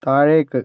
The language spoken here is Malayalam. താഴേക്ക്